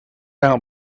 out